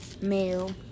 male